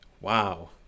Wow